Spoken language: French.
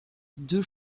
deux